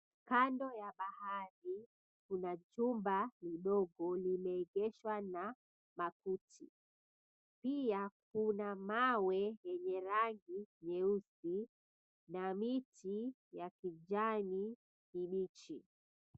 Kando ya bahari kuna chumba lidogo limeegeshwa na makuti. Pia kuna mawe yenye rangi nyeusi na miti ya kijani kibichi.